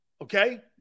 okay